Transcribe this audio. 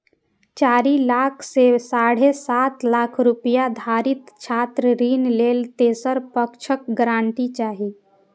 चारि लाख सं साढ़े सात लाख रुपैया धरिक छात्र ऋण लेल तेसर पक्षक गारंटी चाही